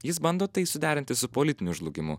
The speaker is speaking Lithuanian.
jis bando tai suderinti su politiniu žlugimu